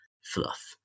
fluff